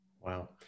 Wow